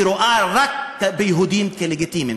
ורואה רק את היהודים כלגיטימיים.